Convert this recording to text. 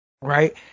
right